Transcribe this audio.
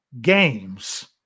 games